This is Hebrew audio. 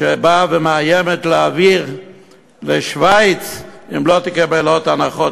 שבאה ומאיימת לעבור לשווייץ אם לא תקבל עוד הנחות,